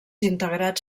integrats